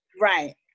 Right